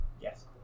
Yes